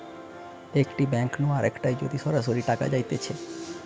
একটি ব্যাঙ্ক নু আরেকটায় যদি সরাসরি টাকা যাইতেছে